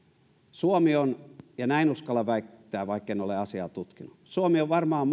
suomi on ja näin uskallan väittää vaikken ole asiaa tutkinut varmaan